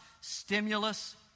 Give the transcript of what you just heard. Stimulus